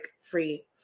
free